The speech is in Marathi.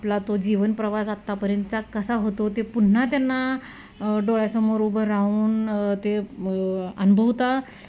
आपला तो जीवनप्रवास आत्तापर्यंतचा कसा होतो ते पुन्हा त्यांना डोळ्यासमोर उभं राहून ते अनुभवता